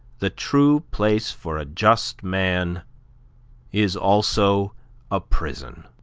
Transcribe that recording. the true place for a just man is also a prison.